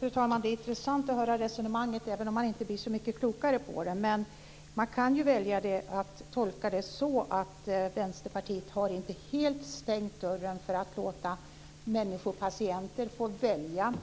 Fru talman! Det är intressant att höra resonemanget även om man inte blir så mycket klokare på det. Man kan välja att tolka det så att Vänsterpartiet inte helt har stängt dörren för att låta människor - patienter - välja